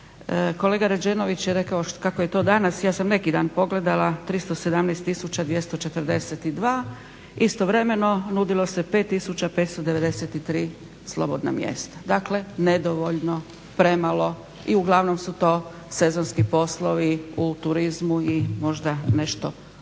Kolega Rađenović je rekao kako je to danas, ja sam neki dan pogledala, 317 tisuća 242, istovremeno nudilo se 5 tisuća 593 slobodna mjesta. Dakle, nedovoljno, premalo i uglavnom su to sezonski poslovi u turizmu i možda nešto malo